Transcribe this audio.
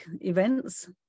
events